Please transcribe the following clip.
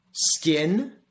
Skin